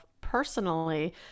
personally